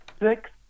six